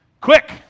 Quick